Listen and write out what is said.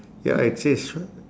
ya it says